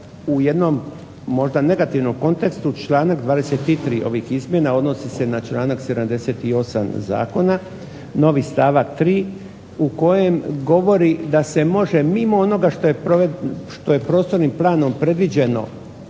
vrijedne pozornosti. .../Loša snimka, ne čuje se./... odnosi se na članak 78. Zakona novi stavak tri u kojem govori da se može mimo onoga što je prostornim planom predviđeno